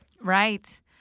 Right